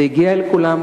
זה הגיע אל כולם,